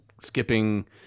skipping